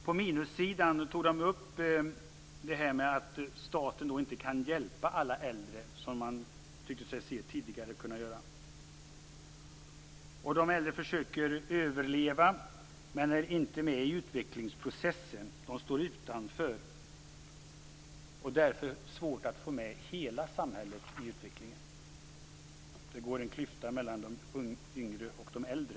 På minussidan tog de upp detta med att staten inte kan hjälpa alla äldre som man tyckte sig kunna göra tidigare. De äldre försöker överleva, men är inte med i utvecklingsprocessen. De står utanför. Därför är det svårt att få med hela samhället i utvecklingen. Det går en klyfta mellan de yngre och de äldre.